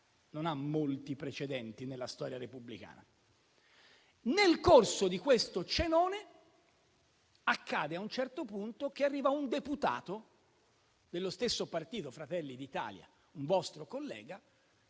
non ha molti precedenti nella storia repubblicana. Nel corso di quel cenone accade a un certo punto che arriva un deputato dello stesso partito, Fratelli d'Italia, un vostro collega,